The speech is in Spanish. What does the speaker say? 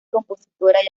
compositora